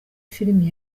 filimi